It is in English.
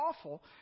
awful